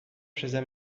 przeze